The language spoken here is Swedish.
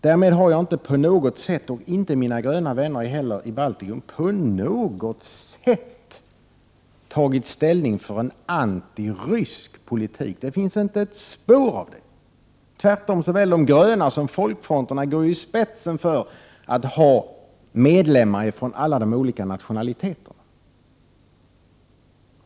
Därmed har inte jag och inte heller mina gröna vänner i Baltikum på något sätt tagit ställning för en antirysk politik. Det finns inte ett spår av detta. Tvärtom. Såväl de gröna som folkfronterna går i spetsen för att ha medlemmar av alla de olika nationaliteterna.